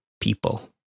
people